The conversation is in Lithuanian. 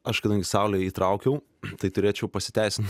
aš kadangi saulę įtraukiau tai turėčiau pasiteisint